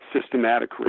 systematic